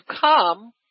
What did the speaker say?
come